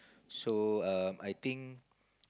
so err I think